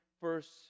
first